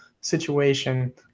situation